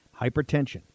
Hypertension